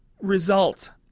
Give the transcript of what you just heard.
result